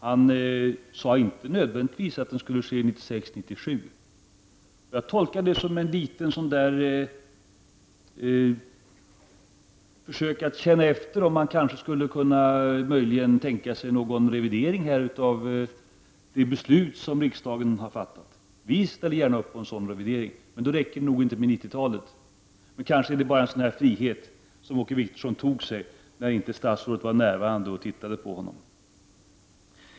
Han sade inte att den nödvändigtvis skulle ske 1996 och 1997. Jag tolkar det som ett litet försök att känna efter om man möjligen skulle kunna tänka sig någon revidering av det beslut som riksdagen har fattat. Vi ställer upp på en sådan revidering, men då räcker det nog inte med 1990-talet. Men kanske var det bara en frihet som Åke Wictorsson tog sig när inte statsrådet var närvarande?